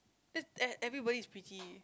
that e~ everybody is pretty